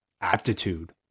aptitude